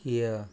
Kia